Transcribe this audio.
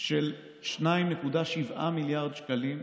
של 2.7 מיליארד שקלים להשקעות,